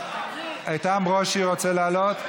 לא, היא רוצה לעלות.